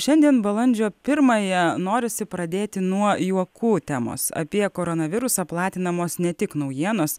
šiandien balandžio pirmąją norisi pradėti nuo juokų temos apie koronavirusą platinamos ne tik naujienos